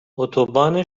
اتوبان